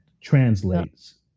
translates